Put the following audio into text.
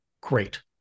Great